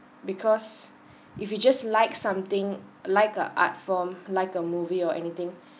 because if you just like something like a art form like a movie or anything